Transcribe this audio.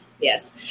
yes